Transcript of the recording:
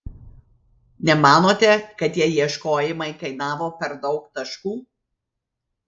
nemanote kad tie ieškojimai kainavo per daug taškų